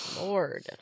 Lord